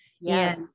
Yes